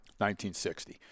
1960